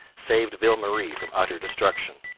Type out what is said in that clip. saved ville marie from utter destruction.